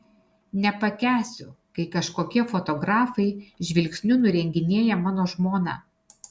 nepakęsiu kai kažkokie fotografai žvilgsniu nurenginėja mano žmoną